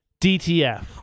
DTF